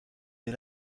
dès